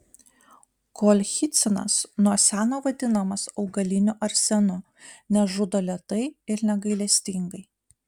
kolchicinas nuo seno vadinamas augaliniu arsenu nes žudo lėtai ir negailestingai